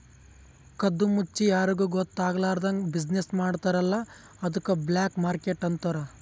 ಕದ್ದು ಮುಚ್ಚಿ ಯಾರಿಗೂ ಗೊತ್ತ ಆಗ್ಲಾರ್ದಂಗ್ ಬಿಸಿನ್ನೆಸ್ ಮಾಡ್ತಾರ ಅಲ್ಲ ಅದ್ದುಕ್ ಬ್ಲ್ಯಾಕ್ ಮಾರ್ಕೆಟ್ ಅಂತಾರ್